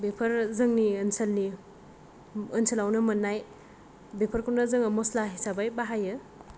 बेफोर जोंनि ओनसोलनि ओनसोलावनो मोननाय बेफोरखौनो जोङो मस्ला हिसाबै बाहायो